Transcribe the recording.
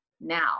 now